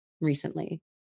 recently